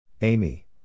Amy